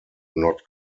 not